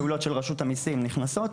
פעולות של רשות המיסים נכנסות.